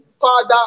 father